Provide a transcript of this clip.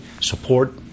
support